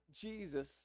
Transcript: Jesus